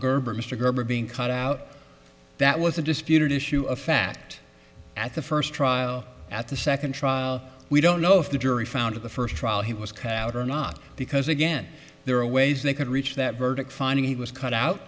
gerber mr gerber being cut out that was a disputed issue of fact at the first trial at the second trial we don't know if the jury found at the first trial he was cad or not because again there are ways they could reach that verdict finding he was cut out